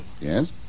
Yes